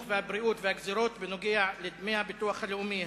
והבריאות והגזירות בנוגע לדמי הביטוח הלאומי,